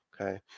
Okay